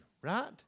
right